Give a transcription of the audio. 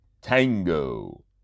Tango